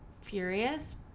Furious